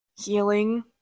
healing